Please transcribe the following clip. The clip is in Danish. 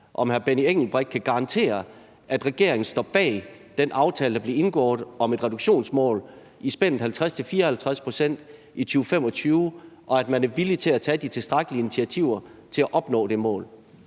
om hr. Benny Engelbrecht kan garantere, at regeringen står bag den aftale, der blev indgået om et reduktionsmål i spændet 50-54 pct. i 2025, og om man er villig til at tage de tilstrækkelige initiativer til at opnå det mål.